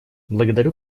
благодарю